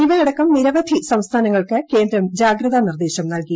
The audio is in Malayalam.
ഇവയടക്കം നിരവധി സംസ്ഥാനങ്ങൾക്ക് കേന്ദ്രം ജാഗ്രതാ നിർദ്ദേശം നൽകി